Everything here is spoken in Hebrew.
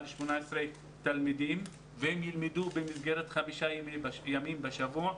18 תלמידים והם ילמדו במסגרת חמישה ימים בשבוע.